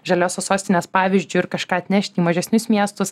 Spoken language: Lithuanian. žaliosios sostinės pavyzdžiu ir kažką atnešti į mažesnius miestus